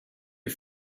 you